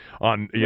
on